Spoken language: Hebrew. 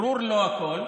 ברור שלא הכול,